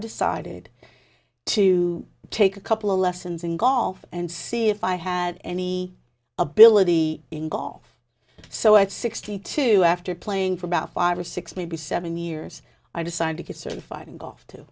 decided to take a couple of lessons in golf and see if i had any ability in golf so at sixty two after playing for about five or six maybe seven years i decided to get certified and go off to